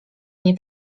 nie